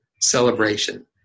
celebration